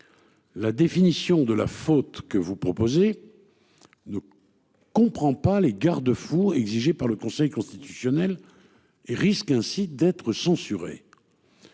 La définition de la faute que vous proposez. Ne. Comprend pas les garde-fous exigés par le Conseil constitutionnel. Et risque ainsi d'être censuré.